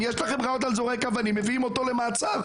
אם יש לכם ראיות על זורק אבנים מביאים אותו למעצר.